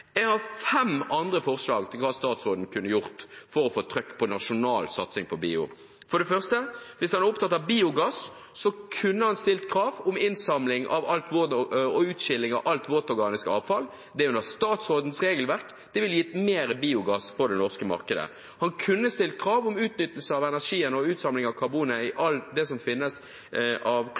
Jeg har fem andre forslag til hva statsråden kunne gjort for å få «trøkk» på nasjonal satsing på bio. For det første: Hvis han er opptatt av biogass, kunne han stilt krav om innsamling og utskilling av alt våtorganisk avfall. Det er inn under statsrådens regelverk. Det ville gitt mer biogass på det norske markedet. Han kunne stilt krav om utnyttelse av energien og utskilling av karbonet i alt det som finnes av